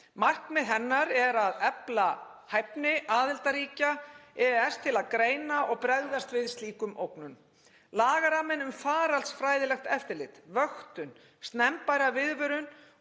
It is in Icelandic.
Markmið hennar er að efla hæfni aðildarríkja EES til að greina og bregðast við slíkum ógnun. Lagaramminn um faraldsfræðilegt eftirlit, vöktun, snemmbæra viðvörun